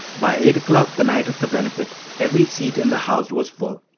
by eight o'clock, the night of the benefit, every seat in the house was full.